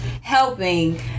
helping